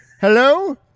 hello